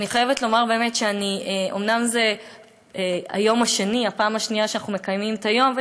אני חייבת לומר שאומנם זו הפעם השנייה שאנחנו מקיימים את היום,